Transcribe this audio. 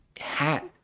hat